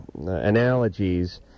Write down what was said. analogies